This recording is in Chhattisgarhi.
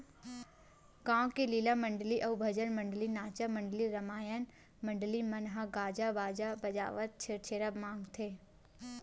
गाँव के लीला मंडली अउ भजन मंडली, नाचा मंडली, रमायन मंडली मन ह गाजा बाजा बजावत छेरछेरा मागथे